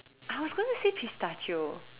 I was going to say pistachio